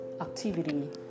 activity